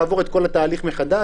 לעבור את כל התהליך מחדש.